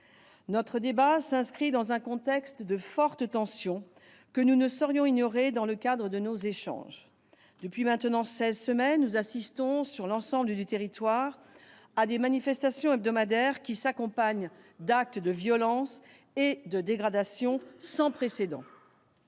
Notre débat s'inscrit dans un contexte de fortes tensions, que nous ne saurions ignorer dans le cadre de nos échanges. En effet, voilà maintenant seize semaines que nous assistons, sur l'ensemble du territoire, à des manifestations hebdomadaires qui s'accompagnent d'actes de violence et de dégradations sans précédent.